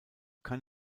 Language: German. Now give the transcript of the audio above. kann